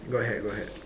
got hat got hat